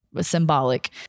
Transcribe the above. symbolic